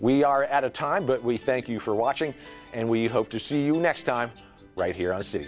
we are at a time but we thank you for watching and we hope to see you next time right here